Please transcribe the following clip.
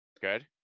Good